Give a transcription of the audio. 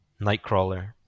Nightcrawler